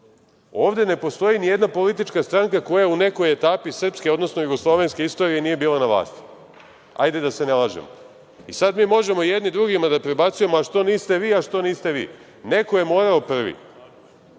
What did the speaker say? ne postoji ni jedna politička stranka koja je u nekoj etapi srpske odnosno jugoslovenske istorije nije bila na vlasti, hajde da se ne lažemo. Sada mi možemo jedni drugima da prebacujem – a što niste vi, a što niste vi. Neko je morao